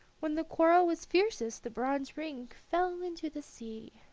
when the quarrel was fiercest the bronze ring fell into the sea.